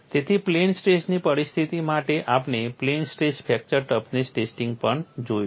તેથી પ્લેન સ્ટ્રેસની પરિસ્થિતિ માટે આપણે plane stress fracture toughness testing પણ જોયું છે